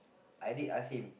I did ask him